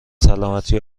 سلامتی